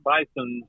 Bison